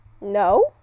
No